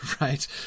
right